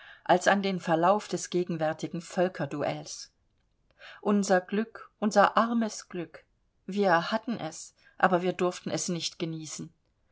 als an den verlauf des gegenwärtigen völkerduells unser glück unser armes glück wir hatten es aber wir durften es nicht genießen